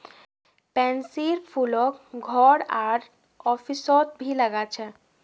पैन्सीर फूलक घर आर ऑफिसत भी लगा छे